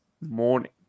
morning